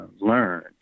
learn